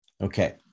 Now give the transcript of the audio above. Okay